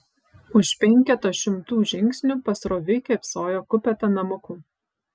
už penketo šimtų žingsnių pasroviui kėpsojo kupeta namukų